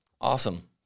Awesome